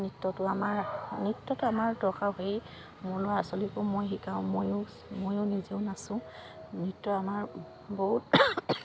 নৃত্যটো আমাৰ নৃত্যটো আমাৰ দৰকাৰ হয়েই মোৰ ল'ৰা ছোৱালীকো মই শিকাওঁ ময়ো ময়ো নিজেও নাচোঁ নৃত্য আমাৰ বহুত